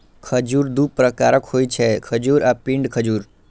खजूर दू प्रकारक होइ छै, खजूर आ पिंड खजूर